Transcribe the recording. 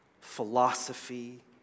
philosophy